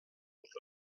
with